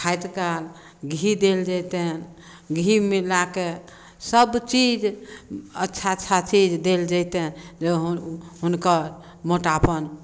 खाइत काल घी देल जैतनि घी मिलाके सभ चीज अच्छा अच्छा चीज दैल जैतनि जे हुनकर मोटापन